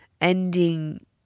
ending